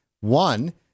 one